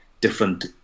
different